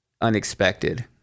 unexpected